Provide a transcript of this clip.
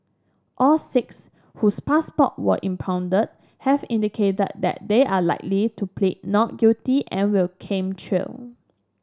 all six whose passport were impounded have indicated that they are likely to plead not guilty and will came trial